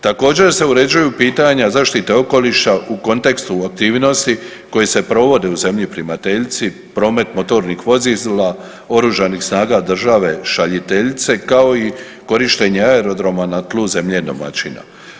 Također, se uređuju pitanja zaštite okoliša u kontekstu aktivnosti koje se provode u zemlji primateljici, promet motornih vozila, OS-a države šaljiteljice, kao i korištenje aerodroma na tlu zemlje domaćina.